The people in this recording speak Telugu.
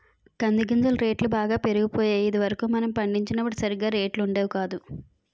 కంది గింజల రేట్లు బాగా పెరిగిపోయాయి ఇది వరకు మనం పండించినప్పుడు సరిగా రేట్లు ఉండేవి కాదు